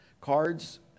cards